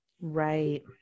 right